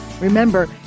Remember